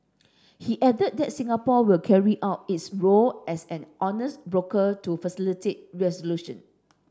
he added that Singapore will carry out its role as an honest broker to facilitate resolution